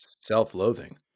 self-loathing